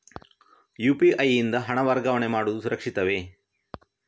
UPI ಯಿಂದ ಹಣ ವರ್ಗಾವಣೆ ಮಾಡುವುದು ಸುರಕ್ಷಿತವೇ?